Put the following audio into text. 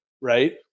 right